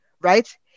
right